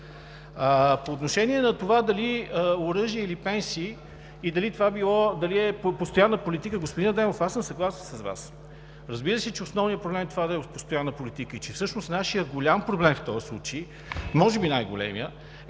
По отношение на това дали оръжие, или пенсии и дали е постоянна политика – господин Адемов, аз съм съгласен с Вас. Разбира се, че основният проблем е това да е постоянна политика и че всъщност нашият голям проблем в този случай, може би най-големият,